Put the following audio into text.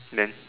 then